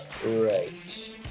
Right